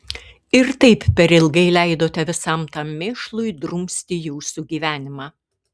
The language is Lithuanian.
ir taip per ilgai leidote visam tam mėšlui drumsti jūsų gyvenimą